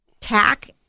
tack